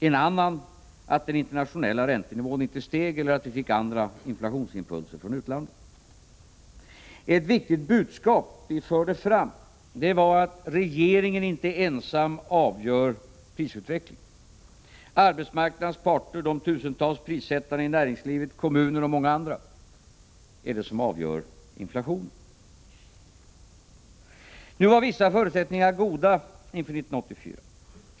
En annan förutsättning var att den internationella räntenivån inte steg eller att vi fick andra inflationsimpulser från utlandet. Ett viktigt budskap vi förde fram var att regeringen inte ensam avgör prisutvecklingen. Arbetsmarknadens parter, de tusentals prissättarna i näringslivet och i kommuner och många andra avgör inflationen. Nu var vissa förutsättningar goda inför 1984.